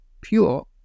pure